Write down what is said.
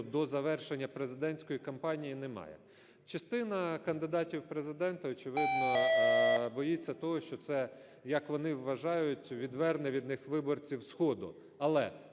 до завершення президентської кампанії, немає. Частина кандидатів в президенти, очевидно, боїться того, що це, як вони вважають, відверне від них виборців сходу.